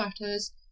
matters